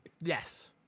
Yes